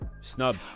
snub